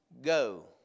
Go